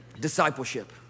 discipleship